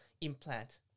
implant